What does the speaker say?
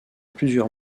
plusieurs